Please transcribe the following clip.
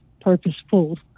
purposeful